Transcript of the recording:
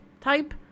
type